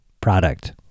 product